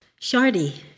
Shardy